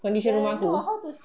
condition rumah aku